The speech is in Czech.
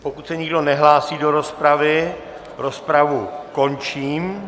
Pokud se nikdo nehlásí do rozpravy, rozpravu končím.